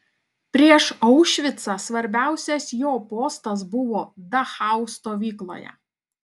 prieš aušvicą svarbiausias jo postas buvo dachau stovykloje